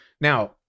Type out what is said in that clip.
now